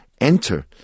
Enter